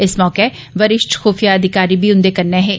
इस मौके वरिष्ठ खूफिया अधिकारी बी हंदे कन्नै हे